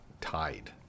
tied